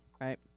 right